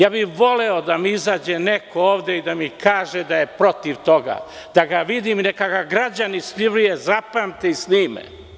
Ja bih voleo da mi izađe neko ovde i da mi kaže da je protiv toga, da ga vidim i neka ga građani Srbije zapamte i snime.